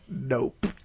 Nope